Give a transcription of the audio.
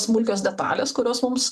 smulkios detalės kurios mums